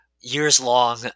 years-long